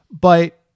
But-